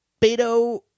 Beto